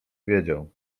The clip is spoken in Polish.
wiedział